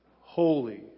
holy